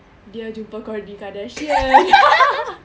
dia jumpa kourtney kardashian